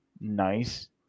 Nice